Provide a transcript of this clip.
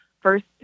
first